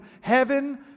heaven